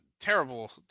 terrible